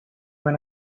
when